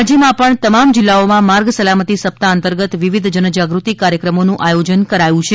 રાજ્યમાં પણ તમામ જિલ્લાઓમાં માર્ગ સલામતી સપ્તાહ અંતર્ગત વિવિધ જન જાગૃતિ કાર્યક્રમોનું આયોજન કરાયું છે